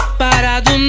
parado